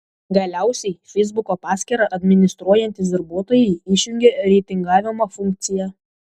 galiausiai feisbuko paskyrą administruojantys darbuotojai išjungė reitingavimo funkciją